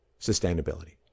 sustainability